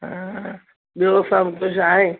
ॿियो सभु कुझु आहे